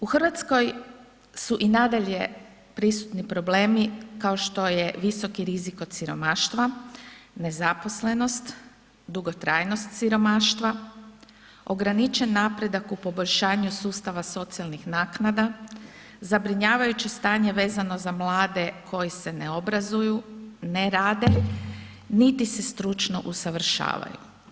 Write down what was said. U Hrvatskoj su i nadalje prisutni problemi kao što je visoki rizik od siromaštva, nezaposlenost, dugotrajnost siromaštva, ograničen napredak u poboljšanju sustava socijalnih naknada, zabrinjavajuće stanje vezano za mlade koji se ne obrazuju, ne rade niti se stručno usavršavaju.